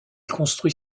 construit